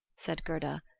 said gerda.